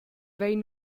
vein